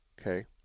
Okay